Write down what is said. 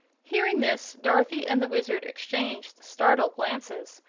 hearing this, dorothy and the wizard exchanged startled glances,